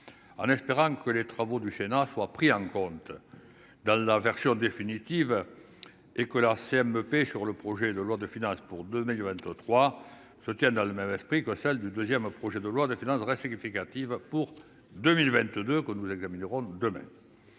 en espérant que les travaux du Sénat soit pris en compte dans la version définitive et que la CMP sur le projet de loi de finances pour 2 matches de vingt-trois se tient dans le même esprit que celle du 2ème, projet de loi de finances dresse explicative pour 2022, que nous examinerons demain